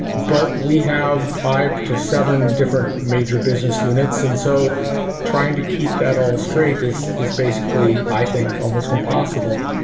but we have five to seven different major business units. and so trying to keep that all straight is is basically i think almost impossible.